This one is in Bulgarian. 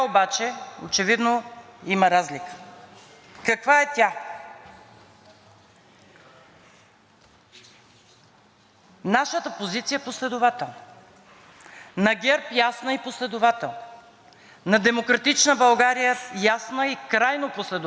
Нашата позиция е последователна. На ГЕРБ – ясна и последователна. На „Демократична България“ – ясна и крайно последователна, въпреки че направиха компромис в правителството тогава, послушаха ни и не позволихме износ на оръжие.